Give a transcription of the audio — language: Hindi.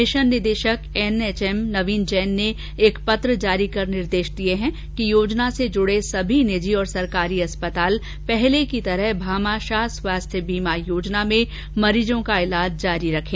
मिशन निदेशक एनएचएम नवीन जैन ने एक पत्र जारी कर निर्देश दिए हैं कि योजना से जुड़े हए सभी निजी और सरकारी अस्पताल पहले की तरह भामाशाह स्वास्थ्य बीमा योजना में मरीजों का इलाज जारी रखें